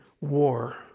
war